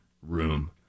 Room